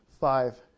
Five